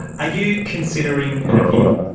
you considering an appeal?